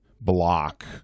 block